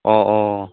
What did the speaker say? अ अ